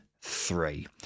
three